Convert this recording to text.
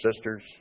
sisters